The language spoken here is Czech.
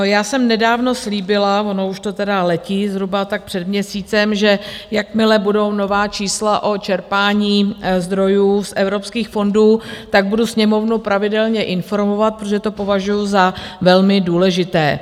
Já jsem nedávno slíbila, ono už to letí, zhruba tak před měsícem, že jakmile budou nová čísla o čerpání zdrojů z evropských fondů, tak budu Sněmovnu pravidelně informovat, protože to považuji za velmi důležité.